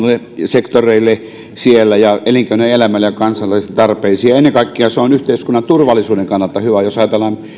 sektoreille elinkeinoelämälle ja kansalaisten tarpeisiin ja ennen kaikkea se on yhteiskunnan turvallisuuden kannalta hyvä jos ajatellaan esimerkiksi